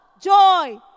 joy